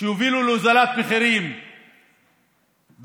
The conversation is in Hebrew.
שהובילה להורדת מחירים במזון.